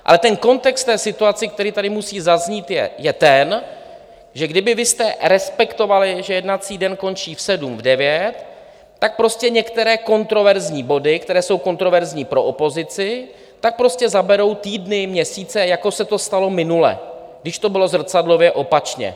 Ale ten kontext té situace, který tady musí zaznít, je ten, že kdybyste respektovali, že jednací den končí v sedm, v devět, tak prostě některé kontroverzní body, které jsou kontroverzní pro opozici, zaberou týdny, měsíce, jako se to stalo minule, když to bylo zrcadlově opačně.